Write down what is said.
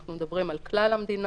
אנחנו מדברים על כלל המדינה,